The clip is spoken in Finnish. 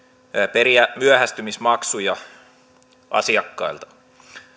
periä myöhästymismaksuja asiakkailta